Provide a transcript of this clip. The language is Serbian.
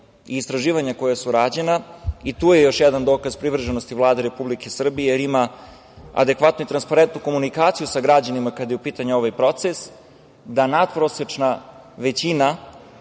i istraživanja koja su rađena, i tu je još jedan dokaz privrženosti Vlade Republike Srbije jer ima adekvatnu i transparentnu komunikaciju sa građanima kada je u pitanju ovaj proces, da nadprosečna većina